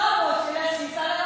אם כל כך רע פה, שייסע לרמאללה.